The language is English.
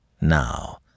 now